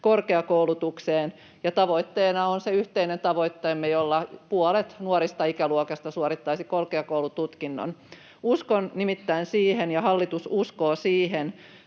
korkeakoulutukseen, ja tavoitteena on se yhteinen tavoitteemme, jolla puolet nuoresta ikäluokasta suorittaisi korkeakoulututkinnon. Uskon nimittäin siihen ja hallitus uskoo siihen,